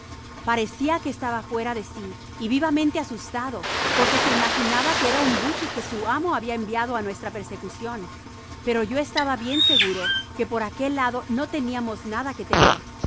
parecia que estaba fuera de si y vivamente asustado porque se imaginaba que era un buque que su amo habia enviado en nuestra persecucion pero yo estaba bien seguro que por aquel lado no teniamos nada que temer